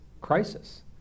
Crisis